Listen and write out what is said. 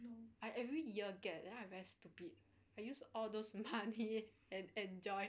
no I every year get then I very stupid I use all those money and enjoy